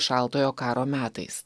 šaltojo karo metais